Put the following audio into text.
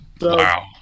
wow